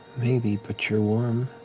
maybe, but you're warm.